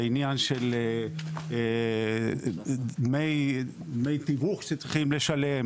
זה עניין של דמי תיווך שצריכים לשלם,